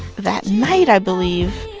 that night, i believe,